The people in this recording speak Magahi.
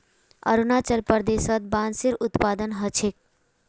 अरुणाचल प्रदेशत बांसेर उत्पादन ह छेक